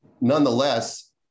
nonetheless